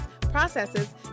processes